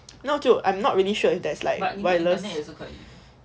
那我就 I'm not really sure if there's like wireless